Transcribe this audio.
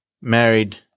married